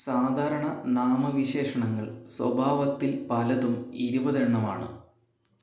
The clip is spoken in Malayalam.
സാധാരണ നാമവിശേഷണങ്ങൾ സ്വഭാവത്തിൽ പലതും ഇരുപത് എണ്ണമാണ്